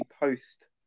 post